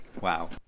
wow